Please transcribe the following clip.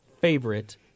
favorite